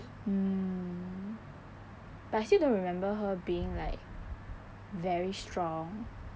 mm but I still don't remember her being like very strong